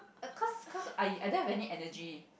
err cause cause I I don't have any energy